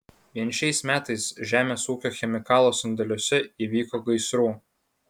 vien šiais metais žemės ūkio chemikalų sandėliuose įvyko gaisrų